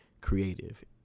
creative